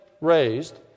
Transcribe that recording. raised